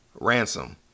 Ransom